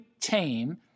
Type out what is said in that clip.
tame